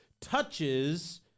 touches